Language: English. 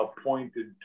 appointed